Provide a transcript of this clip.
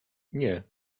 nie